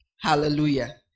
Hallelujah